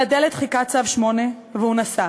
על הדלת חיכה צו 8, והוא נסע,